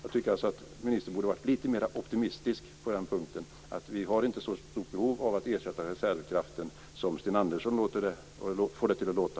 Jag tycker alltså att ministern borde ha varit lite mer optimistisk på den punkten, dvs. att vi inte har så stort behov av att ersätta reservkraften som Sten Andersson får det att låta.